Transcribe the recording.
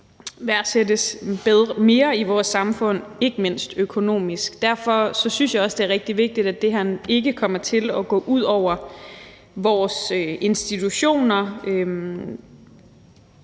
værdsættes mere i vores samfund, ikke mindst økonomisk. Derfor synes jeg også, det er rigtig vigtigt, at det her ikke kommer til at gå ud over vores institutioner.